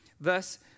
Thus